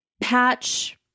patch